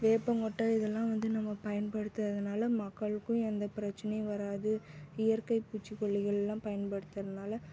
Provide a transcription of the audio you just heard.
வேப்பங்கொட்டை இதலாம் வந்து நம்ம பயன்படுத்துவதுனால மக்களுக்கும் எந்த பிரச்சினையும் வராது இயற்கை பூச்சிக்கொல்லிகளெலாம் பயன்படுத்துகிறனால